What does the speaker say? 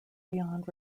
beyond